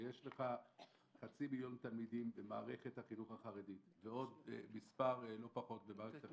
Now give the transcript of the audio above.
ויש לך חצי מיליון תלמידים במערכת החינוך החרדית ולא פחות במערכת כאן,